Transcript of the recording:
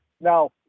Now